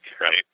right